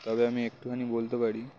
তবে আমি একটুখানি বলতে পারি